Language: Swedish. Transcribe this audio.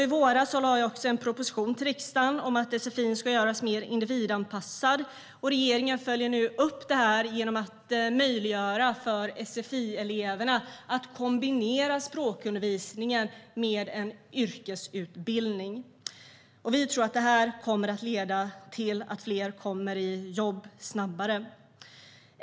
I våras lade regeringen också fram en proposition till riksdagen om att sfi ska göras mer individanpassad. Regeringen följer nu upp det genom att möjliggöra för sfi-eleverna att kombinera språkundervisningen med en yrkesutbildning. Vi tror att det kommer att leda till att fler kommer i jobb snabbare.